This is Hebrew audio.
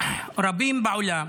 רבים בעולם